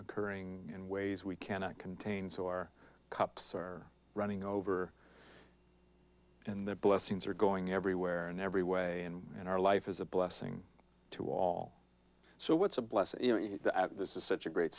occurring in ways we cannot contain so our cups are running over and the blessings are going everywhere in every way and our life is a blessing to all so what's a blessing you know this is such a great